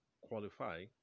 qualify